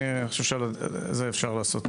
אני חושב שעל זה אפשר לעשות